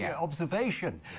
observation